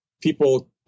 people